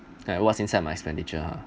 like what's inside my expenditure ah